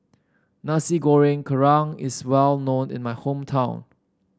Nasi Goreng Kerang is well known in my hometown